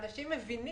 אנשים מבינים,